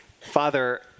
Father